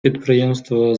підприємства